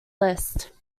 list